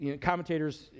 commentators